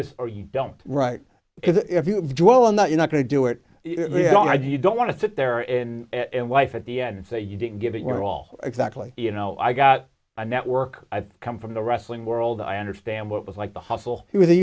this or you don't right because if you dwell on that you're not going to do it you don't want to sit there and life at the end and say you didn't give it your all exactly you know i got a network i come from the wrestling world i understand what was like the hustle h